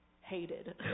hated